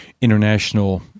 international